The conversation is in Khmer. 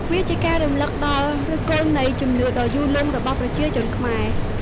វាជាការរំឭកដល់ឫសគល់នៃជំនឿដ៏យូរលង់របស់ប្រជាជនខ្មែរ។